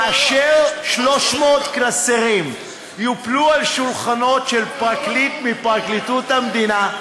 כאשר 300 קלסרים יופלו על שולחנו של פרקליט מפרקליטות המדינה,